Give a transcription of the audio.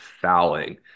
fouling